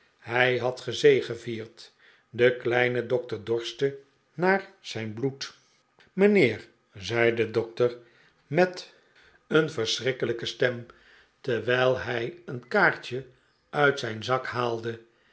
hij had gezegevierdl de kleine dokter dorstte naar zijn bloed mijnheer zei de dokter met een verschrikkelijke stem terwijl hij een kaartje uit zijn zak haalde